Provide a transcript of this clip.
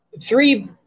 three –